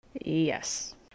Yes